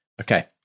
Okay